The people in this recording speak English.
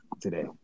today